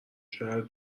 شاید